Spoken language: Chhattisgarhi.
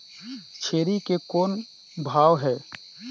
छेरी के कौन भाव हे?